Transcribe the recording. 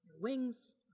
wings